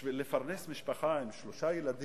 בשביל לפרנס משפחה עם שלושה ילדים